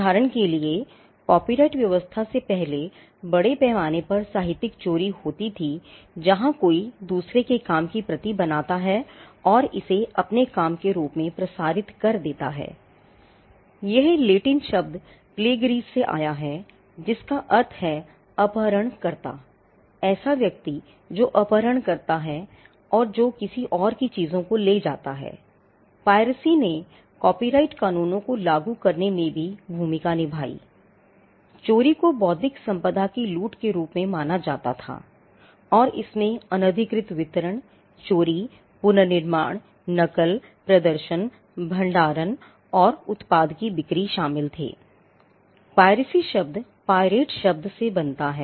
उदाहरण के लिए कॉपीराइट व्यवस्था से पहले बड़े पैमाने पर साहित्यिक चोरीहोती थी जहां कोई दूसरे के काम की प्रति बनाता है और इसे अपने काम के रूप में प्रसारित कर देता है